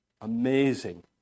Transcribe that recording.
amazing